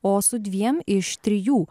o su dviem iš trijų